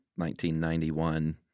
1991